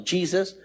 Jesus